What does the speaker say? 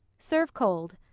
serve cold.